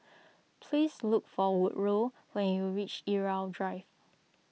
please look for Woodroe when you reach Irau Drive